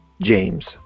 James